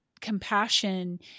compassion